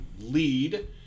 lead